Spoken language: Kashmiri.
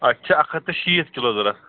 اَسہِ چھِ اَکھ ہَتھ تہٕ شیٖتھ کِلوٗ ضروٗرت